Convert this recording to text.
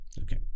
Okay